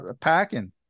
packing